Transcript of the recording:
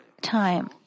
time